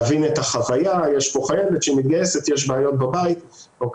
אתמול בבוקר יש לנו חייל שמדבר על דיכאון עמוק